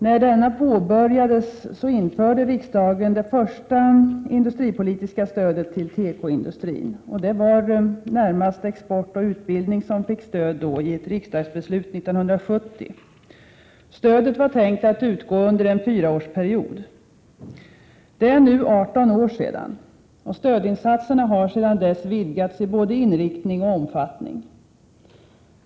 När denna påbörjades införde riksdagen det första industripolitiska stödet till tekoindustrin. Det var närmast export och utbildning som fick stöd genom ett riksdagsbeslut 1970. Stödet var tänkt att utgå under en fyraårsperiod. Det är nu 18 år sedan, och stödinsatserna har sedan dess vidgats till både inriktning och omfattning.